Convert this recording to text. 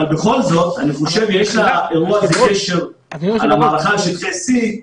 בכל זאת אני חושב שיש לאירוע הזה קשר למערכה על שטחי C,